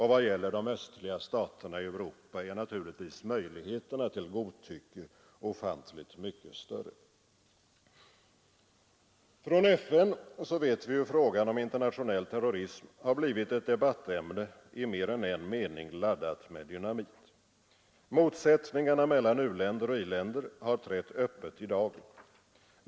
I vad gäller de östliga staterna i Europa är naturligtvis möjligheterna till godtycke ofantligt mycket större. Från FN vet vi hur frågan om internationell terrorism har blivit ett debattämne, i mer än en mening laddat med dynamit. Motsättningarna mellan u-länder och i-länder har trätt öppet i dagen.